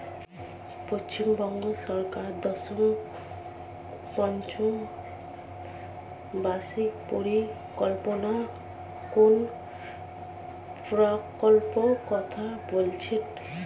পশ্চিমবঙ্গ সরকার দশম পঞ্চ বার্ষিক পরিকল্পনা কোন প্রকল্প কথা বলেছেন?